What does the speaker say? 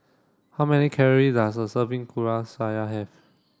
how many calorie does a serving Kuih Syara have